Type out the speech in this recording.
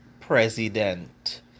president